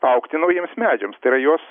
augti naujiems medžiams tai yra jos